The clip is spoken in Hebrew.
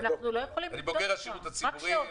אני בוגר השירות הציבורי,